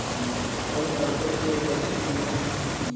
फसल काटे के परी कि न?